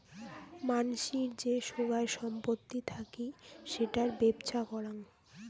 মানসির যে সোগায় সম্পত্তি থাকি সেটার বেপ্ছা করাং